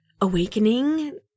awakening